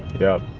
yeah